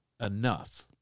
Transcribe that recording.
enough